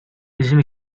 bizim